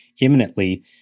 imminently